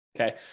Okay